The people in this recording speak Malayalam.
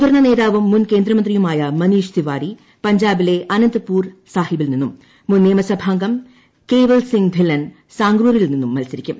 മുതിർന്ന നേതാവും മുൻ കേന്ദ്രമന്ത്രിയുമായ മനീഷ് തിവാരി പഞ്ചാബിലെ അനന്ത്പൂർ സാഹിബിൽ നിന്നും മുൻ നിയമസഭാംഗം കേവൽ സിങ് ധില്ലൻ സാംഗ്രൂരിൽ നിന്നും മത്സരിക്കും